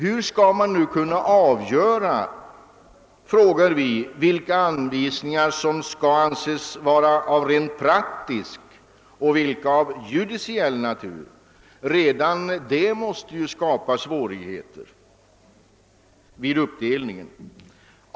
Hur skall man nu kunna avgöra vilka anvisningar som skall anses vara av rent praktisk natur och vilka som skall anses vara av rent judiciell natur? Redan detta måste skapa svårigheter vid uppdelningen.